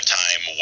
time